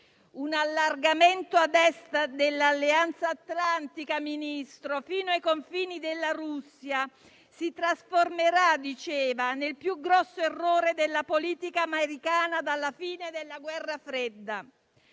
un allargamento a Est dell'Alleanza atlantica fino ai confini della Russia si trasformerà - diceva - nel più grosso errore della politica americana dalla fine della guerra fredda;